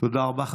תודה רבה.